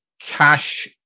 cash